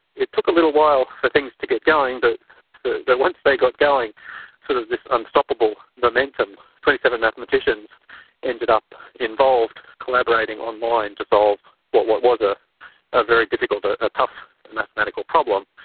it took a little while for things to get going but but once they got going, sort of this unstoppable momentum, twenty seven mathematicians ended up involved, collaborating online to solve what what was a a very difficult, a a tough mathematical problem,